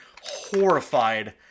horrified